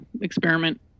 experiment